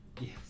Yes